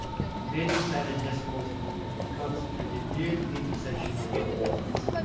where many planetismals had been concentrated near the intersections of their orbits.